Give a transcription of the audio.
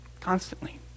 constantly